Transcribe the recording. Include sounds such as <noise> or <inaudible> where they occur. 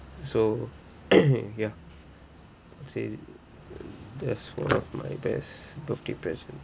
so <coughs> ya say that's one of my best birthday present